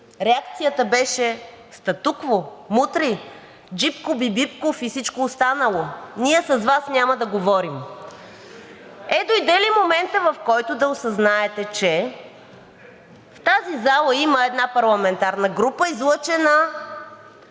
реакцията беше: статукво, мутри, Джипко-бибитков и всичко останало, ние с Вас няма да говорим. Е, дойде ли моментът, в който да осъзнаете, че в тази зала има една парламентарна група, излъчена